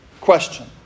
question